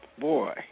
Boy